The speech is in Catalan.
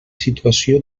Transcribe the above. situació